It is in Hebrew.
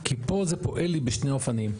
כי פה זה פועל לי בשני אופנים: